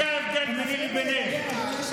כל אזרחי המדינה היו שווים.